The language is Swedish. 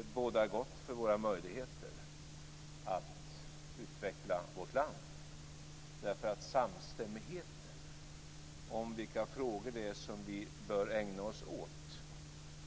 Och det bådar gott för våra möjligheter att utveckla vårt land, därför att samstämmigheten om vilka frågor det är som vi bör ägna oss åt